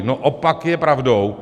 No, opak je pravdou.